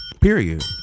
Period